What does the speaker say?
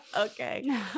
Okay